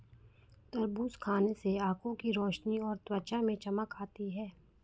तरबूज खाने से आंखों की रोशनी और त्वचा में चमक आती है